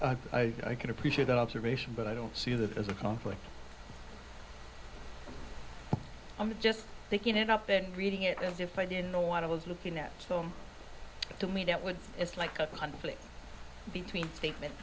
i can appreciate that observation but i don't see that as a conflict i'm just taking it up and reading it as if i didn't know what i was looking at so to me that would it's like a conflict between statement